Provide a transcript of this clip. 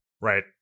Right